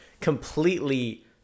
completely